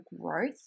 growth